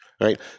right